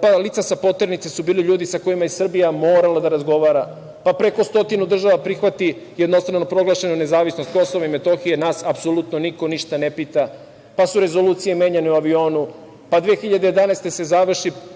pa lica sa poternica su bili ljudi sa kojima je Srbija morala da razgovara, pa preko stotina država prihvati jednostrano proglašenu nezavisnost Kosova i Metohije, a nas apsolutno niko ništa ne pita, pa su rezolucije menjane u avionu, pa se 2011.